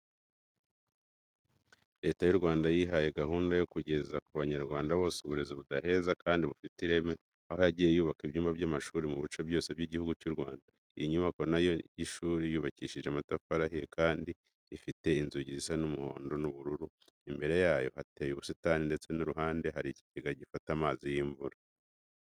Leta y'u Rwanda yihaye gahunda yo kugeza ku Banyarwanda bose uburezi budaheza kandi bufite ireme, aho yagiye yubaka ibyumba by'amashuri mu bice byose by'Igihugu cy'u Rwanda. Iyi nyubako na yo y'ishuri yubakishije amatafari ahiye kandi ifite inzugi zisa umuhondo n'ubururu. Imbere yayo hateye ubusitani ndetse ku ruhande hari ikigega gifata amazi y'imvura.